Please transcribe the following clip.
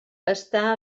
està